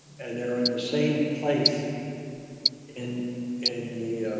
and they're in the same place in in the